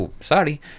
sorry